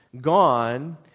gone